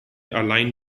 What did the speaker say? allein